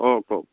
কওক কওক